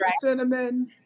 cinnamon